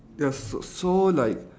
ya so so like